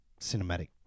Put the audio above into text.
cinematic